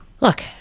Look